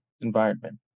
environment